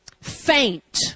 Faint